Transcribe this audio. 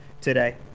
today